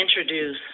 introduce